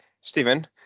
Stephen